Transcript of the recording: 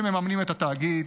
שמממנים את התאגיד.